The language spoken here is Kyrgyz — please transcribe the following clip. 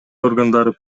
органдары